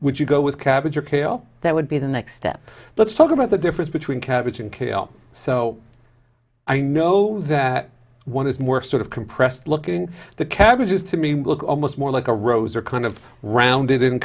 would you go with cabbage or kale that would be the next step let's talk about the difference between cabbage and kale so i know that one is more sort of compressed looking the cabbage is to me almost more like a rose or kind of rounded in